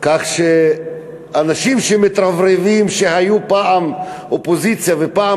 כך שאנשים שמתרברבים שהיו פעם אופוזיציה ופעם